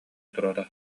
турара